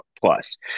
plus